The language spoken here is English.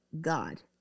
God